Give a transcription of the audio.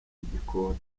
igikoni